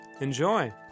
Enjoy